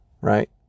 right